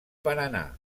paranà